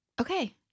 okay